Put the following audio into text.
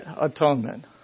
atonement